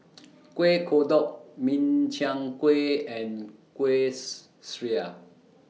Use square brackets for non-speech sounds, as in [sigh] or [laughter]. [noise] Kuih Kodok Min Chiang Kueh and Kuih [noise] Syara